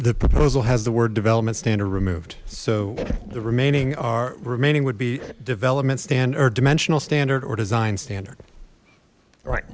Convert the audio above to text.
the proposal has the word development standard so the remaining our remaining would be development standard dimensional standard or design standard right